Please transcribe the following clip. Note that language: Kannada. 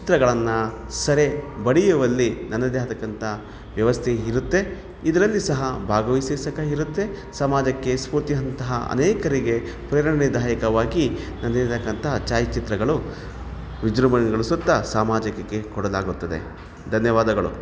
ಚಿತ್ರಗಳನ್ನು ಸೆರೆ ಬಡಿಯುವಲ್ಲಿ ನನ್ನದೇ ಆದ ತಕ್ಕಂಥ ವ್ಯವಸ್ಥೆ ಇರುತ್ತೆ ಇದರಲ್ಲಿ ಸಹ ಭಾಗವಹಿಸಿಸಕ್ಕ ಇರುತ್ತೆ ಸಮಾಜಕ್ಕೆ ಸ್ಪೂರ್ತಿಯಂತಹ ಅನೇಕರಿಗೆ ಪ್ರೇರಣೆದಾಯಕವಾಗಿ ಬಂದಿರತಕ್ಕಂತಹ ಛಾಯಾಚಿತ್ರಗಳು ವಿಜೃಂಭಣೆಗೊಳಿಸುತ್ತಾ ಸಾಮಾಜಕಕ್ಕೆ ಕೊಡಲಾಗುತ್ತದೆ ಧನ್ಯವಾದಗಳು